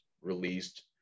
released